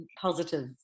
positive